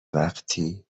وقتی